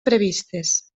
previstes